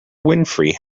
winfrey